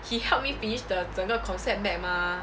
he helped me finish the 整个 concept map mah